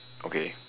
okay